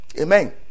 amen